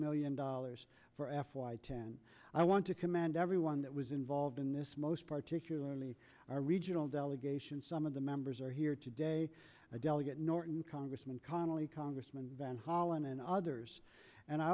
million dollars for f y ten i want to commend everyone that was involved this most particularly our regional delegation some of the members are here today delegate norton congressman connelly congressman van hollen and others and i